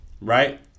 Right